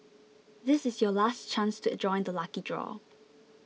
this is your last chance to join the lucky draw